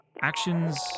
actions